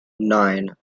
nine